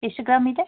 ಎಷ್ಟು ಗ್ರಾಮ್ ಇದೆ